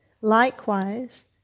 Likewise